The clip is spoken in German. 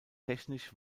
technisch